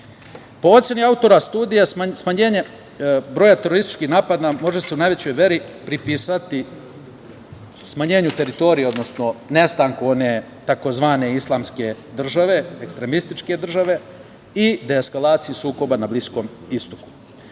oceni autora studije, smanjenje broja terorističkih napada može se u najvećoj meri prepisati smanjenju teritorije, odnosno nestanku one tzv. islamske države, ekstremističke države i deskalacije sukoba na Bliskom istoku.